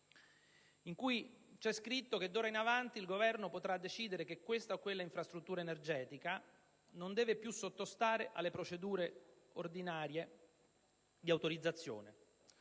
in cui c'è scritto che d'ora in avanti il Governo potrà decidere che questa o quella infrastruttura energetica non deve più sottostare alle procedure ordinarie di autorizzazione